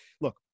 look